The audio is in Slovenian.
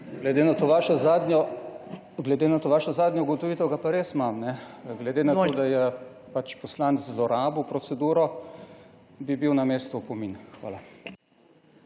ČERNAČ (PS SDS):** Glede na to vašo zadnjo ugotovitev, ga pa res imam. Glede na to, da je poslanec zlorabil proceduro, bi bil na mestu opomin. Hvala.